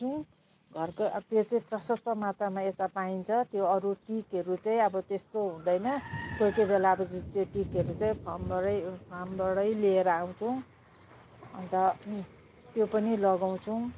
रोप्छौँ घरको त्यो प्रशस्त मात्रमा यता पाइन्छ त्यो अरू टिकहरू चाहिँ अब त्यस्तो हुँदैन कोही कोही बेला अब त्यो टिकहरू फर्मबाटै फार्मबाटै लिएर आउँछौँ अन्त त्यो पनि लगाउँछौँ